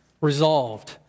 resolved